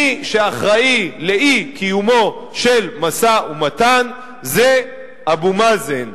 מי שאחראי לאי-קיומו של משא-ומתן זה אבו מאזן,